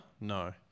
No